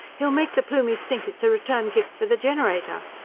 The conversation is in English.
he'll make the plumies think it's a return-gift for the generator!